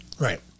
Right